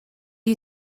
you